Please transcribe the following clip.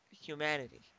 humanity